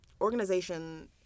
organization